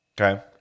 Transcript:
Okay